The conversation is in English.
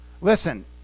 Listen